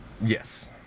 Yes